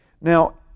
Now